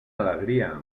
alegria